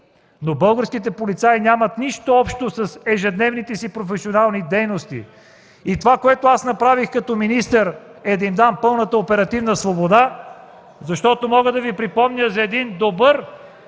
Но българските полицаи нямат нищо общо с ежедневните си професионални дейности. И това, което аз направих като министър, е да им дам пълната оперативна свобода. Мога да Ви припомня за един добър